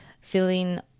Feeling